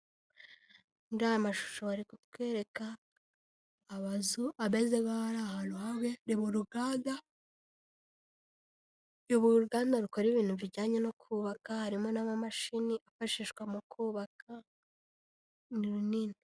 Muri aya mashusho bari kutwereka amazu ameze nkaho ari ahantu hamwe . Ni mu ruganda rukora ibintu bijyanye no kubaka harimo n'amamashini yifashishwa mu kubaka, ni runini.